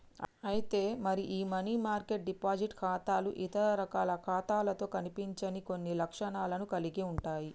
అయితే మరి ఈ మనీ మార్కెట్ డిపాజిట్ ఖాతాలు ఇతర రకాల ఖాతాలతో కనిపించని కొన్ని లక్షణాలను కలిగి ఉంటాయి